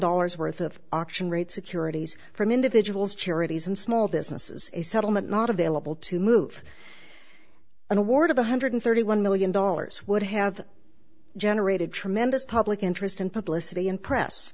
dollars worth of auction rate securities from individuals charities and small businesses a settlement not available to move an award of one hundred thirty one million dollars would have generated tremendous public interest and publicity and press